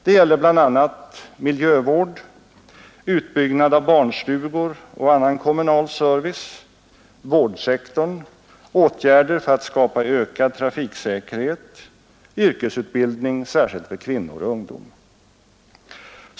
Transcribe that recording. Det gäller bl.a. miljövård, utbyggnad av barnstugor och annan kommunal service, vårdsektorn, åtgärder för att skapa ökad trafiksäkerhet samt yrkesutbildning, särskilt för kvinnor och ungdom.